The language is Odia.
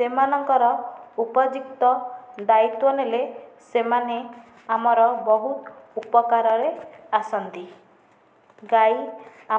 ସେମାନଙ୍କର ଉପଯୁକ୍ତ ଦାୟିତ୍ଵ ନେଲେ ସେମାନେ ଆମର ବହୁ ଉପକାରରେ ଆସନ୍ତି ଗାଈ